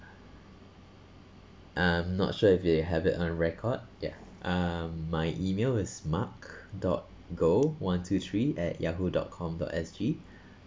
I'm not sure if you have it on record ya um my email is mark dot goh one two three at yahoo dot com dot S G